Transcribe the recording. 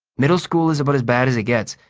middle school is about as bad as it gets,